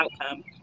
outcome